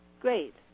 Great